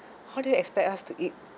how do you expect us to eat